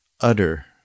utter